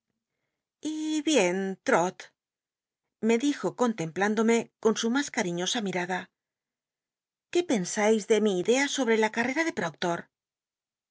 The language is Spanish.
y bien trot me dijo contemplándome con su más cariñosa mirada qué pensais de mi idea sobre la cattcj'a de